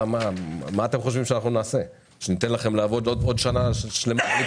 מה אתם חושבים שאנחנו נעשה,